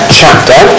chapter